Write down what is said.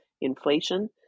inflation